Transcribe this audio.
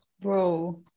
bro